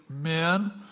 men